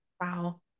Wow